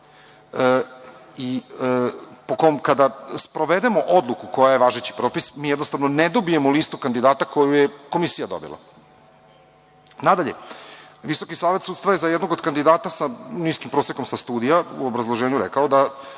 kada sprovedemo odluku koja je važeći propis, mi jednostavno ne dobijamo listu kandidata koju je komisija dobila. Nadalje, Visoki savet sudstva je za jednog od kandidata sa niskim prosekom sa studija u obrazloženju rekao da